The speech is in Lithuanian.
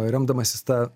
remdamasis ta